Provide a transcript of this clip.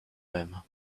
them